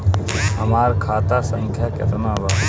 हमार खाता संख्या केतना बा?